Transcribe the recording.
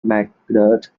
mcgrath